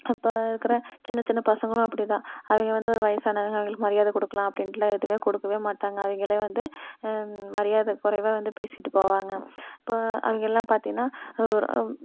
இப்போ இருக்கிற சின்ன சின்ன பசங்களும் அப்படி தான் அவங்க வந்து ஒரு வயசானவங்கள் அவிங்களுக்கு மரியாதை கொடுக்கலாம் அப்படின்ட்டுலாம் எதுவுமே கொடுக்கவே மாட்டாங்கள் அவங்களும் வந்து மரியாதை குறைவாக வந்து பேசிட்டு போவாங்கள் இப்போ அவிங்கள்லாம் பார்த்திங்கன்னா